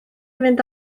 fynd